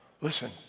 listen